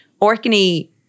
Orkney